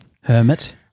Hermit